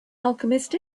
alchemist